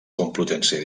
complutense